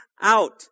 out